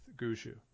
Gushu